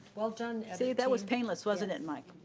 well done see, that was painless, wasn't it, mike?